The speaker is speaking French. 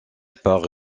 par